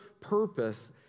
purpose